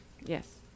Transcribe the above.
Yes